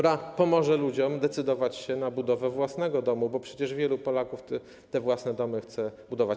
Ona pomoże ludziom decydować się na budowę własnego domu, bo przecież wielu Polaków te własne domy chce budować.